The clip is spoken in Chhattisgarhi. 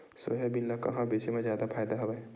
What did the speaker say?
सोयाबीन ल कहां बेचे म जादा फ़ायदा हवय?